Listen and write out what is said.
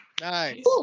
Nice